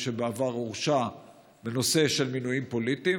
שבעבר הורשע בנושא של מינויים פוליטיים,